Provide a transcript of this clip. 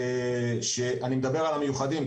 אני מדבר על המיוחדים,